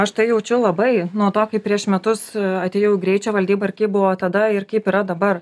aš tai jaučiu labai nuo to kai prieš metus atėjau į greičio valdybą ir kaip buvo tada ir kaip yra dabar